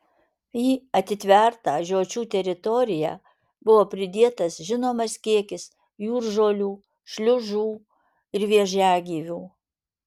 į atitvertą žiočių teritoriją buvo pridėtas žinomas kiekis jūržolių šliužų ir vėžiagyvių